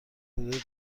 حدود